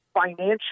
financial